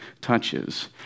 touches